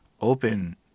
open